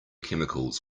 chemicals